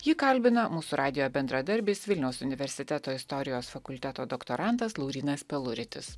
jį kalbina mūsų radijo bendradarbis vilniaus universiteto istorijos fakulteto doktorantas laurynas peluritis